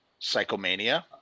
Psychomania